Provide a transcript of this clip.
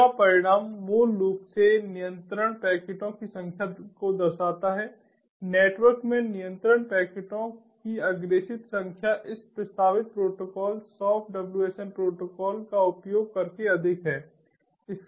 तीसरा परिणाम मूल रूप से नियंत्रण पैकेटों की संख्या को दर्शाता है नेटवर्क में नियंत्रण पैकेटों की अग्रेषित संख्या इस प्रस्तावित प्रोटोकॉल सॉफ्ट WSN प्रोटोकॉल का उपयोग करके अधिक है